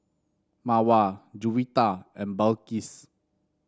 Mawar Juwita and Balqis